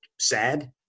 sad